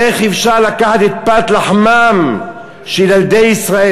איך אפשר לקחת את פת לחמם של ילדי ישראל?